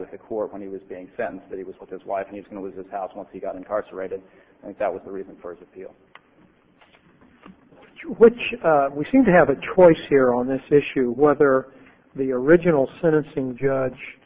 with the court when he was being sentenced that he was with his wife and he's going to his house once he got incarcerated and that was the reason for his appeal which we seem to have a choice here on this issue whether the original sentencing judge